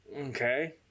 Okay